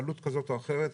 בעלות כזאת או אחרת.